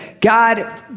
God